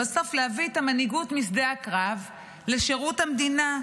בסוף זה להביא את המנהיגות משדה הקרב לשירות המדינה,